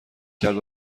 کرد